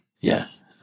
Yes